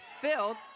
filled